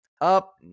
Up